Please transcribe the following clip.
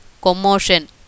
commotion